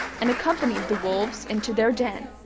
and accompanied the wolves into their den.